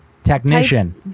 Technician